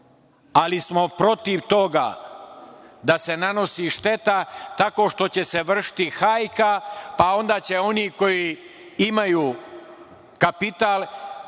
Ali, protiv smo toga da se nanosi šteta tako što će se vršiti hajka, pa onda će oni koji imaju kapital,